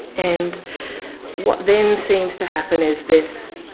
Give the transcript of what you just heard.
and what then seems to happen is this,